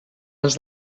als